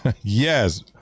Yes